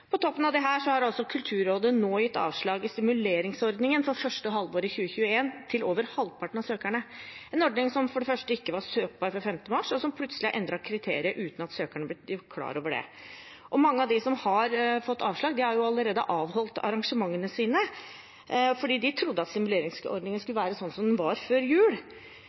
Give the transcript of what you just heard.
På toppen av dette har nå Kulturrådet gitt avslag til over halvparten av søkerne til stimuleringsordningen for første halvår 2021, en ordning som for det første ikke var søkbar før 5. mars, og som plutselig har endret kriterier uten at søkerne er blitt gjort klar over det. Mange av dem som har fått avslag, har allerede avholdt arrangementene sine fordi de trodde at stimuleringsordningen skulle være sånn som den var før jul.